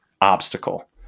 obstacle